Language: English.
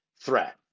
Threat